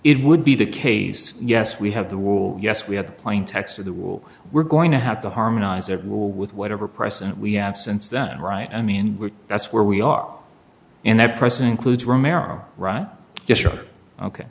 it would be the case yes we have the rule yes we have the plain text of the rule we're going to have to harmonize that rule with whatever precedent we absence then right i mean that's where we are in the press an include romero right ok